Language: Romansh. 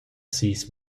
sis